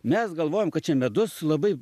mes galvojom kad čia medus labai